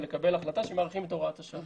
ולקבל החלטה שמאריכים את הוראת שעה.